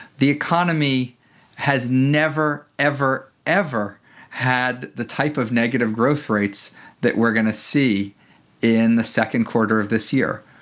the economy has never ever, ever had the type of negative growth rates that we're going to see in the second quarter of this year.